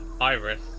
Iris